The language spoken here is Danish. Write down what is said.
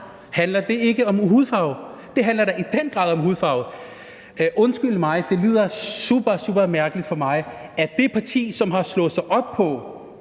Handler det ikke om hudfarve? Det handler da i den grad om hudfarve. Undskyld mig, det lyder super, super mærkeligt for mig, at det parti, som har slået sig op på